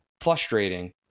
frustrating